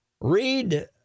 Read